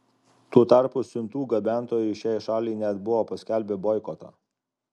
tuo tarpu siuntų gabentojai šiai šaliai net buvo paskelbę boikotą